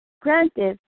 Granted